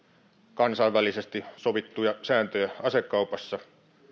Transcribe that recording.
kansainvälisesti sovittuja sääntöjä asekaupassa